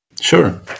Sure